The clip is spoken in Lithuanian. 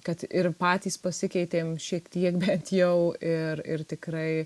kad ir patys pasikeitėm šiek tiek bent jau ir ir tikrai